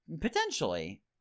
Potentially